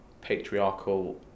patriarchal